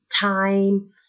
time